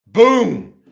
Boom